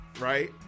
right